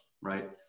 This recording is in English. right